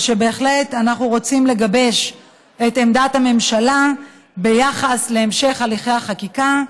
ובהחלט אנחנו רוצים לגבש את עמדת הממשלה ביחס להמשך הליכי החקיקה.